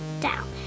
down